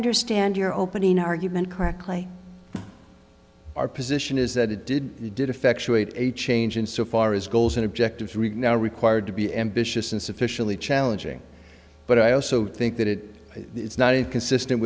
understand your opening argument correctly our position is that it did we did effectuate a change in so far as goals and objectives read now required to be ambitious and sufficiently challenging but i also think that it is not inconsistent